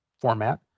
format